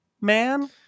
man